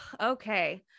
okay